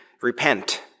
Repent